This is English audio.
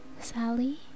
Sally